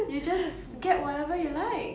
you just get whatever you like